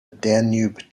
danube